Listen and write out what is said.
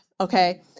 Okay